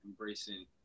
embracing